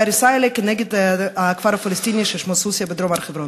ההריסה האלה נגד הכפר הפלסטיני ששמו סוסיא בדרום הר-חברון.